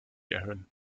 erhöhen